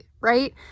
right